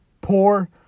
poor